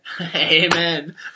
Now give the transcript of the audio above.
Amen